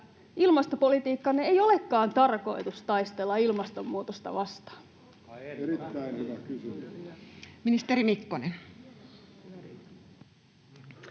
ilmastopolitiikkanne ei olekaan tarkoitus taistella ilmastonmuutosta vastaan? Ministeri Mikkonen.